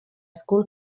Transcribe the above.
school